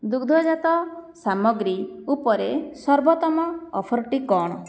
ଦୁଗ୍ଧଜାତ ସାମଗ୍ରୀ ଉପରେ ସର୍ବୋତ୍ତମ ଅଫର୍ଟି କ'ଣ